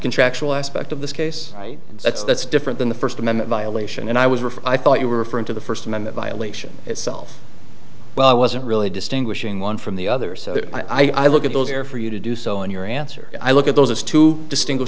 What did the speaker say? contractual aspect of this case and that's that's different than the first amendment violation and i was were five thought you were referring to the first amendment violation itself well i wasn't really distinguishing one from the other so i look at those there for you to do so in your answer i look at those two distinguish